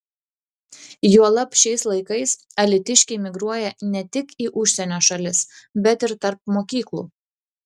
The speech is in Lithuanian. juolab šiais laikais alytiškiai migruoja ne tik į užsienio šalis bet ir tarp mokyklų